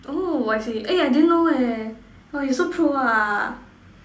oh I see eh I didn't know eh oh you so pro ah